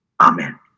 Amen